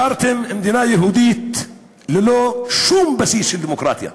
השארתם מדינה יהודית ללא שום בסיס של דמוקרטיה.